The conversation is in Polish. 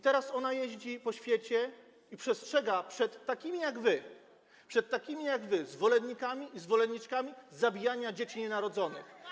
Teraz jeździ po świecie i przestrzega przed takimi jak wy, przed takimi jak wy zwolennikami i zwolenniczkami zabijania dzieci nienarodzonych.